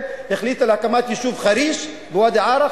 החליטה על הקמת היישוב חריש בוואדי-ערה,